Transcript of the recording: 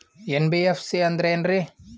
NBFC ಅಂದ್ರ ಏನ್ರೀ?